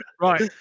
Right